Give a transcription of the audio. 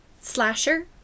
slasher